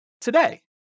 today